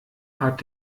hat